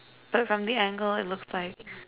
but from the angle it looks like